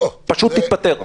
פשוט תתפטר.